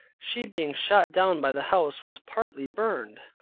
she being shot down by the house was partly burnt,